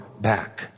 back